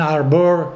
Arbor